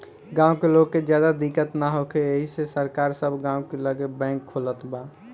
गाँव के लोग के ज्यादा दिक्कत ना होखे एही से सरकार सब गाँव के लगे बैंक खोलत बा